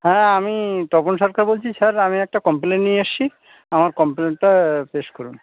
হ্যাঁ আমি তপন সরকার বলছি স্যার আমি একটা কমপ্লেইন নিয়ে এসছি আমার কমপ্লেইনটা পেশ করুন